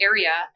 Area